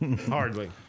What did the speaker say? Hardly